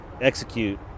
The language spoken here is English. execute